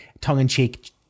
tongue-in-cheek